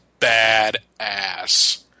badass